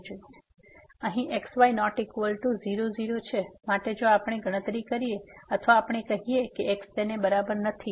તેથી અહીં x y≠00 માટે જો આપણે ગણતરી કરીએ અથવા આપણે કહીએ કે x તેના બરાબર નથી